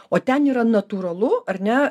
o ten yra natūralu ar ne